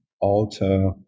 alter